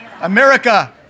America